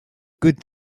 good